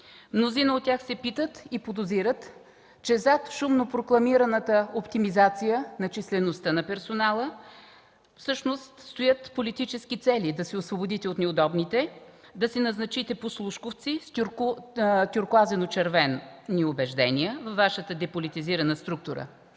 Мнозина от тях се питат и подозират, че зад шумно прокламираната оптимизация на числеността на персонала всъщност стоят политически цели – да се освободите от неудобните, да си назначите послушковци с тюркоазено червени убеждения във Вашата деполитизирана структура.